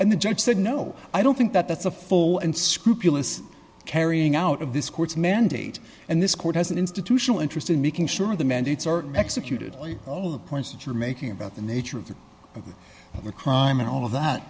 and the judge said no i don't think that that's a full and scrupulous carrying out of this court's mandate and this court has an institutional interest in making sure the mandates are executed all the points that you're making about the nature of the of the crime and all of that